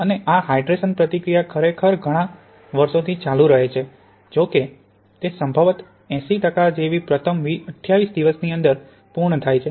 અને આ હાઇડ્રેશન પ્રતિક્રિયા ખરેખર ઘણાં વર્ષોથી ચાલુ રહે છે જોકે તે સંભવત 80 ટકા જેવી પ્રથમ 28 દિવસની અંદર પૂર્ણ થાય છે